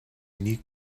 unique